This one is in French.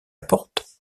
porte